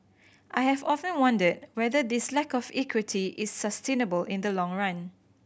I have often wondered whether this lack of equity is sustainable in the long run